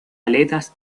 aletas